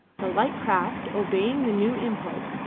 the light craft, obeying the new impulse,